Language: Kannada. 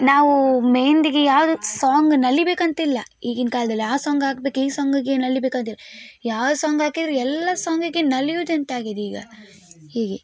ನಾವು ಮೆಹೆಂದಿಗೆ ಯಾವುದು ಸಾಂಗ್ ನಲಿಬೇಕಂತಿಲ್ಲ ಈಗಿನ ಕಾಲದಲ್ಲಿ ಆ ಸಾಂಗ್ ಆಗ್ಬೇಕು ಈ ಸಾಂಗಿಗೆ ನಲಿಬೇಕಂತಿಲ್ಲ ಯಾವ ಸಾಂಗ್ ಹಾಕಿದ್ರು ಎಲ್ಲ ಸಾಂಗಿಗೆ ನಲಿಯೋದಂತಾಗಿದೆ ಈಗ ಹೀಗೆ